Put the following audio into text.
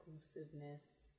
exclusiveness